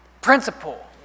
principle